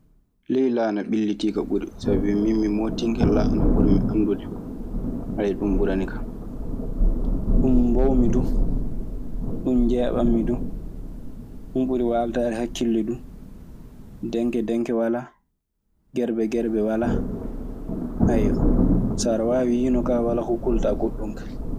Ley laana ɓillitiika ɓuri, sabi min mi mottinnke laana ɓuri mi anndude. ɗun ɓuranikan. Ɗum mboowmi du. Ɗun njeeɓammi duu. Ɗun ɓuri waaltaare hakkille duu. Denke denke walaa, gerbe gerbe walaa. so aɗe waawi yino kaa, walaa ko kulataa goɗɗun kaa.